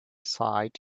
sight